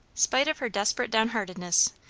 spite of her desperate downheartedness,